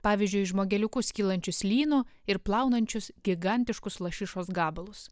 pavyzdžiui žmogeliukus kylančius lynu ir plaunančius gigantiškus lašišos gabalus